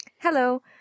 Hello